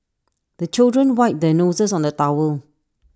the children wipe their noses on the towel